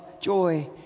joy